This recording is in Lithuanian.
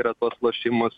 yra tuos lošimus